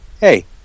hey